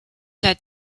led